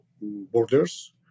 borders